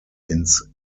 ins